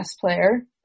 player